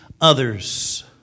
others